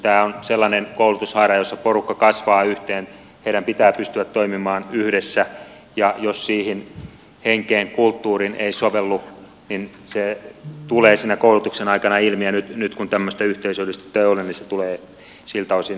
tämä on sellainen koulutushaara jossa porukka kasvaa yhteen heidän pitää pystyä toimimaan yhdessä ja jos siihen henkeen kulttuuriin ei sovellu niin se tulee siinä koulutuksen aikana ilmi ja nyt kun tämmöistä yhteisöllisyyttä ei ole niin se tulee siltä osin muuttumaan